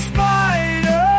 Spider